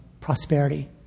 prosperity